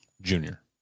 Junior